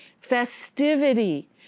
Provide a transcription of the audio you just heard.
Festivity